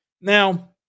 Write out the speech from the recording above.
Now